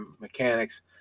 mechanics